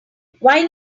why